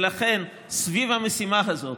סביב המשימה הזאת